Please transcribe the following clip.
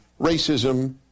racism